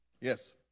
Yes